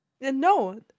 No